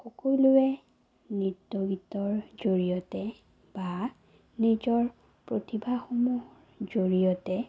সকলোৱে নৃত্য গীতৰ জৰিয়তে বা নিজৰ প্ৰতিভাসমূহৰ জৰিয়তে